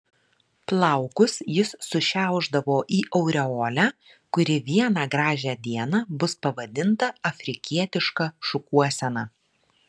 plaukus jis sušiaušdavo į aureolę kuri vieną gražią dieną bus pavadinta afrikietiška šukuosena